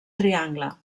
triangle